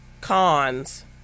cons